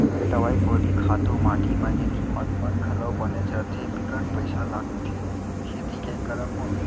दवई गोली खातू माटी मन के कीमत मन घलौ बनेच रथें बिकट पइसा लगथे खेती के करब म